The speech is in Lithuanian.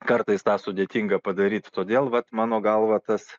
kartais tą sudėtinga padaryt todėl vat mano galva tas